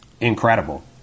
incredible